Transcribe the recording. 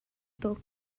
tuk